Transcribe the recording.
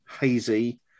hazy